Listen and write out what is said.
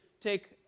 take